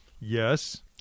Yes